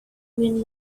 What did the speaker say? even